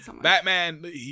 Batman